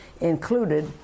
included